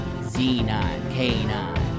Z9K9